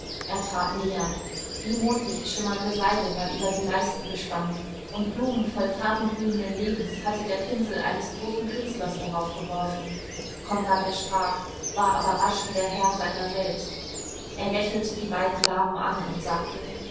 er trat näher wie mondlicht schimmernde seide war über die leisten gespannt und blumen voll farbenglühenden lebens hatte der pinsel eines großen künstlers darauf geworfen konrad erschrak war aber rasch wieder herr seiner selbst er lächelte die beiden damen an und sagte